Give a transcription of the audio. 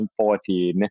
2014